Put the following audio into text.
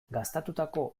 gastatutako